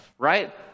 right